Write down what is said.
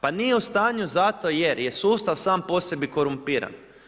Pa nije u stanju zato jer je sustav sam po sebi korumpiran.